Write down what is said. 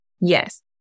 yes